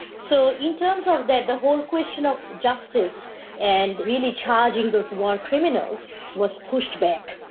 so in terms of that, the whole question of justice and really charging those war criminals was pushed back.